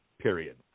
period